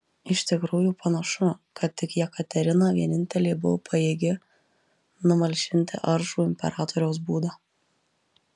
iš tikrųjų panašu kad tik jekaterina vienintelė buvo pajėgi numalšinti aršų imperatoriaus būdą